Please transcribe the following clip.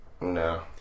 No